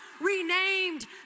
renamed